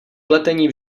pletení